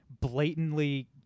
blatantly